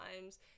times